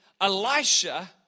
Elisha